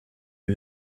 who